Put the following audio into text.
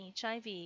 HIV